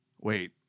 Wait